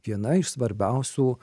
viena iš svarbiausių